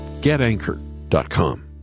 GetAnchor.com